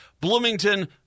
Bloomington